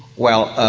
well,